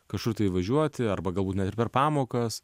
kažkur tai važiuoti arba galbūt net ir per pamokas